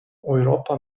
europa